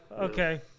Okay